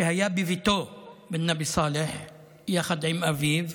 היה בביתו בנבי סלאח יחד עם אביו,